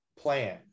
plan